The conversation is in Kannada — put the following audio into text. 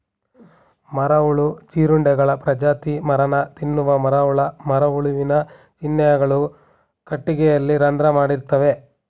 ಮರಹುಳು ಜೀರುಂಡೆಗಳ ಪ್ರಜಾತಿ ಮರನ ತಿನ್ನುವ ಮರಿಹುಳ ಮರಹುಳುವಿನ ಚಿಹ್ನೆಗಳು ಕಟ್ಟಿಗೆಯಲ್ಲಿ ರಂಧ್ರ ಮಾಡಿರ್ತವೆ